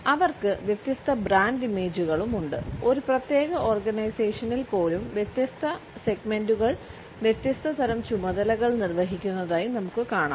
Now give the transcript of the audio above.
അവർക്ക് വ്യത്യസ്ത ബ്രാൻഡ് ഇമേജുകളും ഉണ്ട് ഒരു പ്രത്യേക ഓർഗനൈസേഷനിൽ പോലും വ്യത്യസ്ത സെഗ്മെന്റുകൾ വ്യത്യസ്ത തരം ചുമതലകൾ നിർവഹിക്കുന്നതായി നമുക്ക് കാണാം